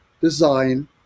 design